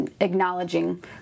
acknowledging